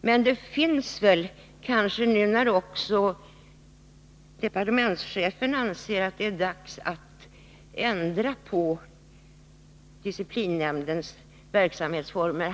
Men också departementschefen anser att det är dags att ändra på disciplinnämndens verksamhetsformer.